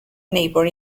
neighbor